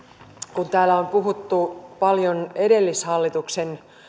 kun täällä on puhuttu paljon edellishallituksen